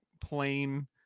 plain